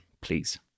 please